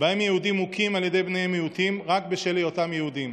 שבהן יהודים מוכים על ידי בני מיעוטים רק בשל היותם יהודים,